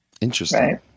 Interesting